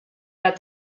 that